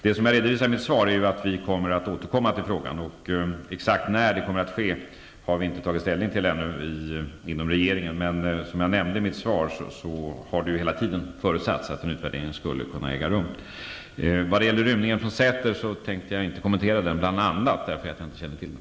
Jag redovisade i mitt svar att vi kommer att återkomma till frågan, men vi har inom regeringen ännu inte tagit ställning till exakt när det kommer att ske. Som jag nämnde i mitt svar har det hela tiden förutsatts att en utvärdering skulle kunna äga rum. Vad gäller rymningen från Säter tänker jag inte kommentera den -- bl.a. därför att jag inte känner till den.